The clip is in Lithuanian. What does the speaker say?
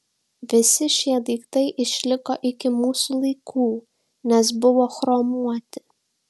visi šie daiktai išliko iki mūsų laikų nes buvo chromuoti